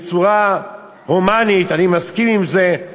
בצורה הומנית, אני מסכים עם זה,